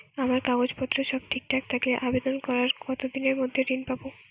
আমার কাগজ পত্র সব ঠিকঠাক থাকলে আবেদন করার কতদিনের মধ্যে ঋণ পাব?